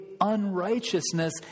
unrighteousness